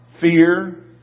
fear